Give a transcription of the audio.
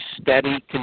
steady